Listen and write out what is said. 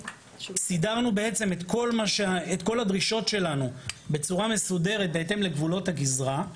סידרנו בעצם את כל הדרישות שלנו בצורה מסודרת בהתאם לגבולות הגזרה,